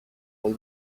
all